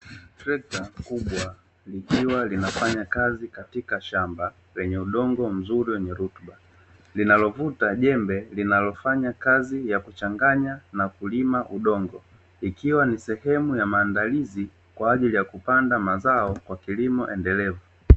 Trekta kubwa likiwa linafanya kazi katika shamba lenye udongo mzuri wenye rutuba, linalovuta jembe linalofanya kazi ya kuchanganya na kulima udongo ikiwa ni sehemu ya maandalizi kwa ajili ya kupanda mazao kwa kilimo endelevu.